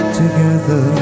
together